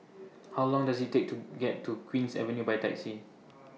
How Long Does IT Take to get to Queen's Avenue By Taxi